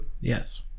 Yes